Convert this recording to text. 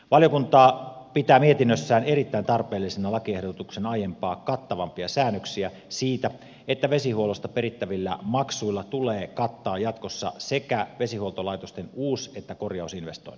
valiokunta pitää mietinnössään erittäin tarpeellisena lakiehdotuksen aiempaa kattavampia säännöksiä siitä että vesihuollosta perittävillä maksuilla tulee kattaa jatkossa sekä vesihuoltolaitosten uus että korjausinvestoinnit